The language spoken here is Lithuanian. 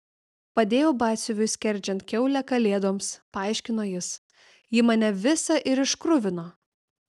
padėjau batsiuviui skerdžiant kiaulę kalėdoms paaiškino jis ji mane visą ir iškruvino